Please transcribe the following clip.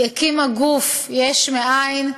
היא הקימה גוף יש מאין,